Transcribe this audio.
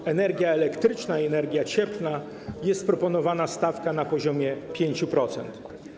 Na energię elektryczną i energię cieplną jest proponowana stawka na poziomie 5%.